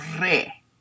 Re